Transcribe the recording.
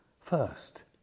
first